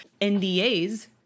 NDAs